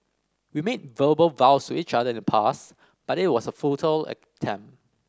we made verbal vows to each other in the past but it was a futile attempt